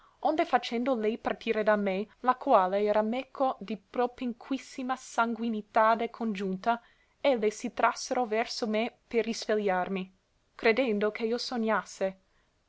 onde faccendo lei partire da me la quale era meco di propinquissima sanguinitade congiunta elle si trassero verso me per isvegliarmi credendo che io sognasse